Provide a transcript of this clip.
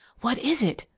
what is it?